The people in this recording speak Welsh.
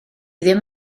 ddim